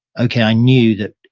okay, i knew that,